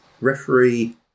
referee